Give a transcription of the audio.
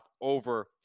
over